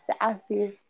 sassy